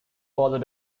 further